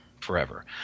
forever